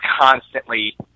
constantly